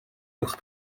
uwch